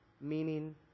meaning